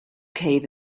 cave